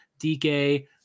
DK